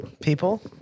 people